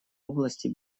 области